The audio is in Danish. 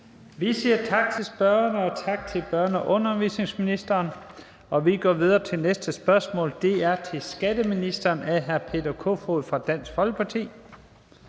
Vi siger tak til spørgeren, og tak til børne- og undervisningsministeren. Vi går videre til næste spørgsmål. Det er til skatteministeren af hr. Peter Kofod fra Dansk Folkeparti.